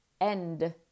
end